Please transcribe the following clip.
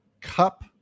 cup